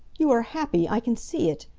you are happy i can see it!